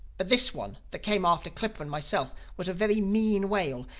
but this one that came after clippa and myself was a very mean whale,